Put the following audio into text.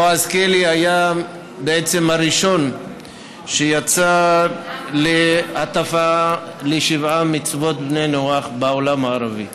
בועז קלי היה הראשון שיצא להטפה לשבע מצוות בני נוח בעולם הערבי.